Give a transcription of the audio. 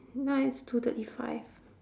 now it's two thirty five